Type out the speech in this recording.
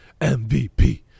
mvp